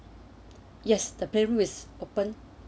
yes the playroom is open